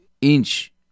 inch